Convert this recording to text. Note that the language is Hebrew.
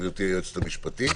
גברתי היועצת המשפטית.